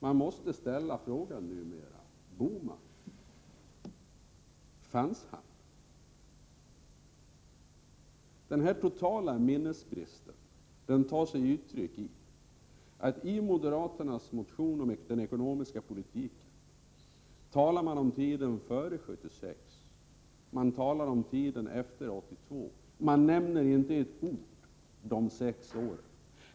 Man måste numera ställa frågan: Bohman — fanns han? Denna totala minnesbrist tar sig uttryck i att moderaternas motion om den ekonomiska politiken talar om tiden före 1976 och om tiden efter 1982, men nämner inte med ett ord de sex åren däremellan.